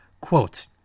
Quote